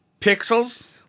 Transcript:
pixels